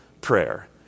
prayer